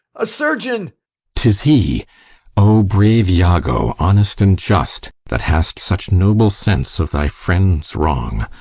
a surgeon tis he o brave iago, honest and just, that hast such noble sense of thy friend's wrong!